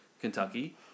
Kentucky